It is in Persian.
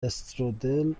استرودل